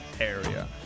area